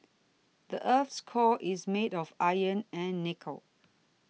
the earth's core is made of iron and nickel